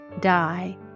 die